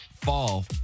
fall